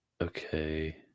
Okay